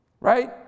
Right